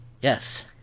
Yes